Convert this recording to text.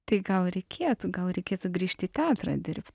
tai gal reikėtų gal reikėtų grįžti į teatrą dirbt